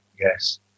yes